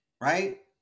Right